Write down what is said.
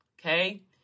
okay